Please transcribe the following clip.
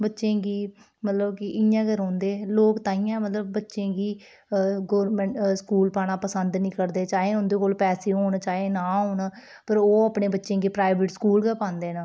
बच्चें गी मतलब कि इंया गै रौंह्दे लोक ताहियें मतलब बच्चें गी गौरमेंट स्कूल पाना पसंद निं करदे चाहे उंदे कोल पैसे होन चाहे ना होन पर ओह् अपने बच्चें गी प्राइवेट स्कूल गै पांदे न